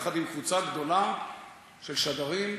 יחד עם קבוצה גדולה של שדרים,